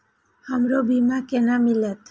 हमरो बीमा केना मिलते?